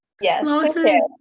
Yes